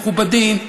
מכובדים.